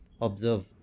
observe